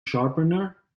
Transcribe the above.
sharpener